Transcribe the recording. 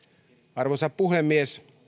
arvoisa puhemies